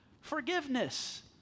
forgiveness